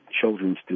children's